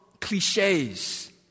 cliches